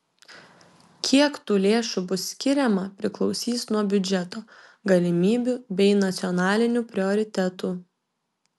kiek tų lėšų bus skiriama priklausys nuo biudžeto galimybių bei nacionalinių prioritetų